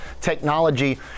technology